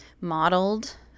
modeled